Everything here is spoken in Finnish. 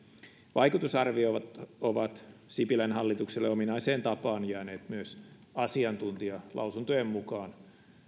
vaikutusarviot ovat sipilän hallitukselle ominaiseen tapaan jääneet myös asiantuntijalausuntojen mukaan